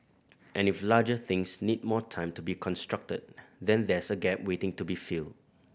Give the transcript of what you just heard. and if larger things need more time to be constructed then there's a gap waiting to be filled